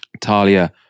Talia